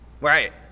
Right